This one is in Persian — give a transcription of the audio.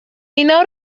اینا